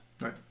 Right